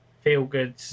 Feel-good